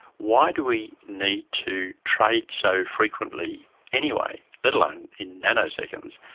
why do we need to trade so frequently anyway, let alone in nanoseconds?